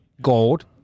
Gold